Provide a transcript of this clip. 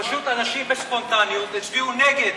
ופשוט אנשים בספונטניות הצביעו נגד,